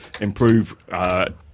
improve